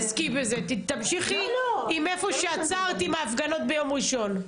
תמשיכי מהיכן שעצרת עם ההפגנות ביום ראשון.